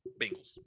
Bengals